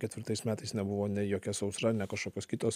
ketvirtais metais nebuvo nei jokia sausra ne kažkokios kitos